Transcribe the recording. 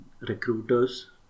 recruiters